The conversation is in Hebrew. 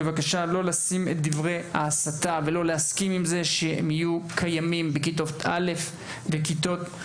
בבקשה לא להסכים לזה שחומרי ההסתה יהיו קיימים בכיתות יא׳ ו-יב׳.